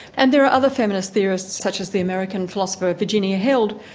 and there are other feminist theorists such as the american philosopher, virginia held,